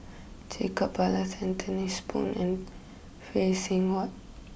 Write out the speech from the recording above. Jacob Ballas Anthony's Poon and Phay Seng Whatt